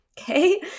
Okay